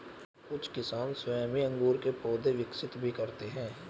कुछ किसान स्वयं ही अंगूर के पौधे विकसित भी करते हैं